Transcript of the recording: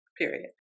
Period